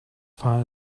far